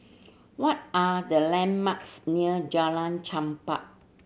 what are the landmarks near Jalan Chempah